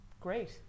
great